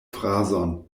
frazon